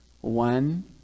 one